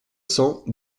cents